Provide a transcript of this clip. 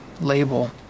label